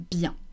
bien